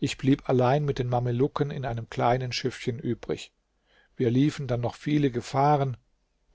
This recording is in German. ich blieb allein mit den mamelucken in einem kleinen schiffchen übrig wir liefen dann noch viele gefahren